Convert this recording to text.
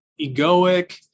egoic